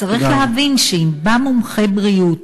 צריך להבין שאם בא מומחה בריאות